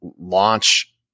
launch